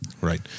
Right